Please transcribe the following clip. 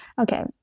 Okay